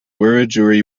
wiradjuri